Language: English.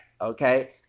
okay